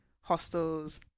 hostels